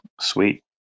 sweet